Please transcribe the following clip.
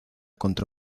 contra